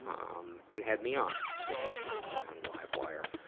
um and had me on as a guest on, on live wire.